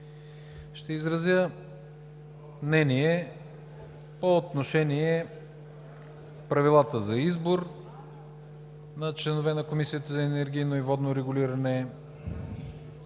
Ще изразя мнение по отношение правилата за избор на членове на Комисията за енергийно и водно регулиране,